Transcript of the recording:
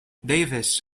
davis